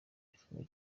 igifungo